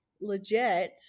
legit